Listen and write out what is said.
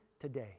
today